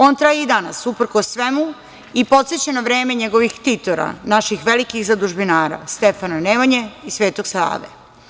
On traje i danas uprkos svemu i podseća na vreme njegovih ktitora, naših velikih zadužbinara Stefana Nemanje i Svetog Save.